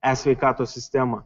e sveikatos sistemą